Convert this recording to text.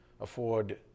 afford